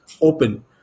open